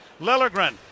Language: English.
Lilligren